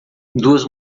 duas